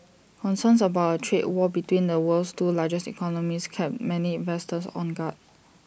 concerns about A trade war between the world's two largest economies kept many investors on guard